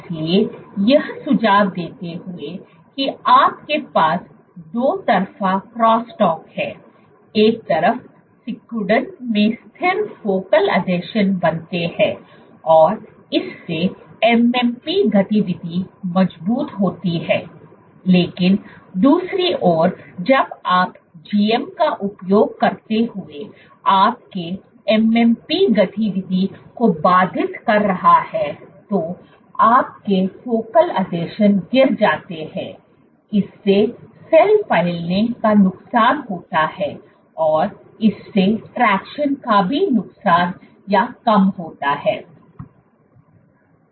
इसलिए यह सुझाव देते हुए कि आपके पास 2 तरफ़ा क्रॉस टॉक है एक तरफ सिकुड़न में स्थिर फोकल आसंजन बनते हैं और इससे MMP गतिविधि मजबूत होती है लेकिन दूसरी ओर जब आप GM का उपयोग करते हुए आपके MMP गतिविधि को बाधित कर रहा है तो आपके फोकल आसंजन गिर जाते हैं इससे सेल फैलने का नुकसान होता है और इससे ट्रैक्सन का भी नुकसान या कम होता है